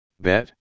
bet